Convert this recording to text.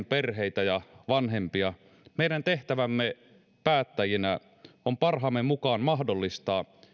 perheitä ja vanhempia meidän tehtävämme päättäjinä on parhaamme mukaan mahdollistaa